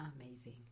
amazing